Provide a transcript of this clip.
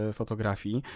fotografii